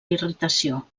irritació